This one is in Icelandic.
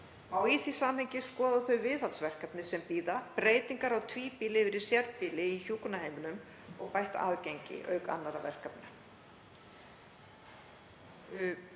Má í því samhengi skoða þau viðhaldsverkefni sem bíða, breytingar á tvíbýli yfir í sérbýli á hjúkrunarheimilum og bætt aðgengi, auk annarra verkefna.